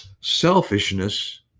Selfishness